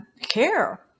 care